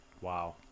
Wow